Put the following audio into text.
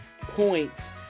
points